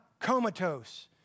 comatose